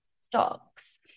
stocks